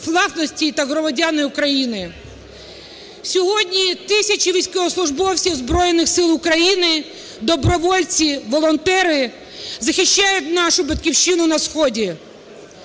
власності, та громадяни України. Сьогодні тисячі військовослужбовців Збройних Сил України, добровольці, волонтери захищають нашу Батьківщину на сході.